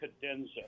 Cadenza